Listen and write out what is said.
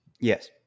Yes